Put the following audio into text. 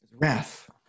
wrath